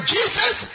Jesus